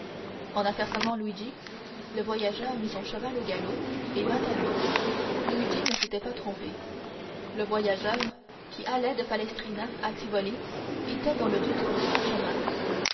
en apercevant luigi le voyageur mit son cheval au galop et vint à lui luigi ne s'était pas trompé le voyageur qui allait de palestrina à tivoli était dans le doute de son chemin